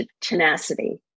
tenacity